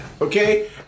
okay